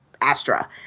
Astra